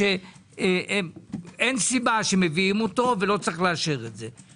אין סיבה שמביאים אותו ולא צריך לאשר את זה,